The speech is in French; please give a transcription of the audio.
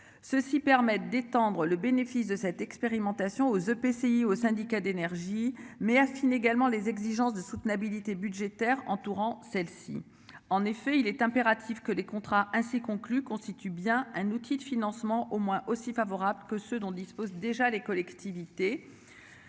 Ceux-ci permettent d'étendre le bénéfice de cette expérimentation aux EPCI au syndicats d'énergie mais affine également les exigences de soutenabilité budgétaire entourant celle-ci en effet, il est impératif que les contrats ainsi conclu constitue bien un outil de financement au moins aussi favorables que ceux dont dispose déjà les collectivités.